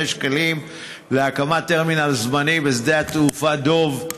שקלים להקמת טרמינל זמני בשדה התעופה דב,